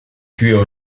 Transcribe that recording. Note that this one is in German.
kühe